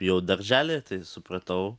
jau darželyje tai supratau